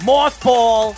Mothball